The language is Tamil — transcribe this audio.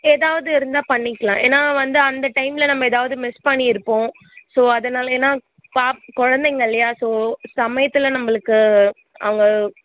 ஏதாவது இருந்தால் பண்ணிக்கலாம் ஏன்னால் வந்து அந்த டைமில் நம்ம ஏதாவது மிஸ் பண்ணியிருப்போம் ஸோ அதனால் ஏன்னால் பாப் குழந்தைங்க இல்லையா ஸோ சமயத்தில் நம்மளுக்கு அவங்க